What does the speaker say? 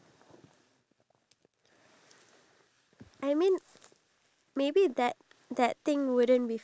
you know you have to give back to the society and the government I'm sure he's doing everything h~ he can